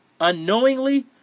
Unknowingly